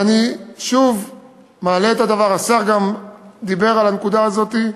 ואני מעלה אותו שוב, גם השר דיבר על הנקודה הזאת,